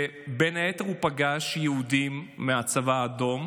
ובין היתר הוא פגש יהודים מהצבא האדום,